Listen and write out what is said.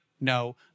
No